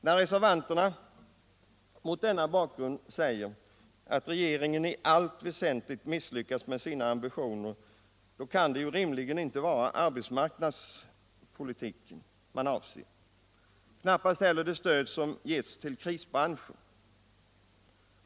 När reservanterna mot denna bakgrund säger att regeringen i allt väsentligt har misslyckats med sina ambitioner, kan det rimligen inte vara arbetsmarknadspolitiken man avser. Man kan knappast heller avse det stöd som ges till krisbranscher.